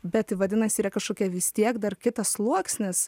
bet vadinasi yra kažkokia vis tiek dar kitas sluoksnis